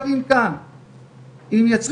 יש מלא תקציבים כאלה שגם ככה נמצאים,